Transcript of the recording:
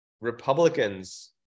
Republicans